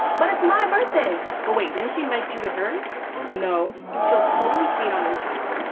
but it's my birthday. but wait, didn't she invite you to hers? no. she'll totally see it on instagram.